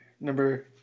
number